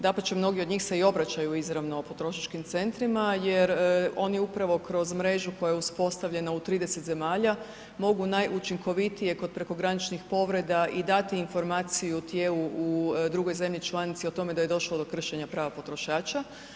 Dapače mnogi od njih se i obraćaju izravno potrošačkim centrima jer oni upravo kroz mrežu koja je uspostavljena u 30 zemalja mogu najučinkovitije kod prekograničnih povreda i dati informaciju u …/nerazumljivo/… u drugoj zemlji članici o tome da je došlo do kršenja prava potrošača.